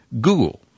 Google